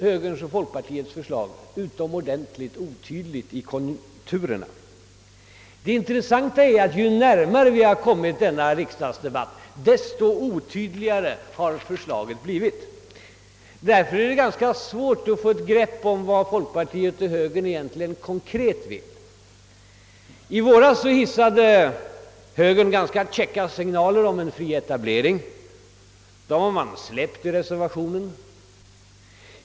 Högerns och folkpartiets förslag är emellertid utomordentligt otydligt i konturerna. Det intressanta är att ju närmare vi kommit denna riksdagsdebatt, desto otydligare har förslaget blivit. Det är därför ganska svårt att få ett grepp om vad folkpartiet och högerpartiet konkret vill. I våras hissade högern ganska käcka signaler om en fri etablering. Dem har man nu frångått i reservationen.